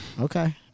Okay